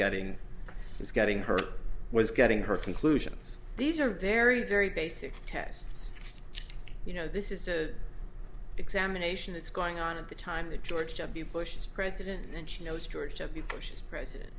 getting it's getting her was getting her conclusions these are very very basic tests you know this is the examination that's going on at the time that george w bush is president and she knows george w bush is president